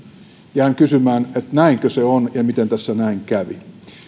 jään kysymään että näinkö se on ja miten tässä näin kävi